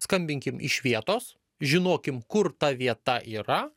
skambinkim iš vietos žinokim kur ta vieta yra